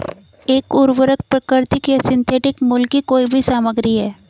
एक उर्वरक प्राकृतिक या सिंथेटिक मूल की कोई भी सामग्री है